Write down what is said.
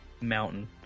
mountain